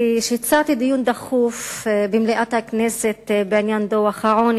כשהצעתי דיון דחוף במליאת הכנסת בעניין דוח העוני,